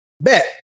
bet